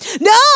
No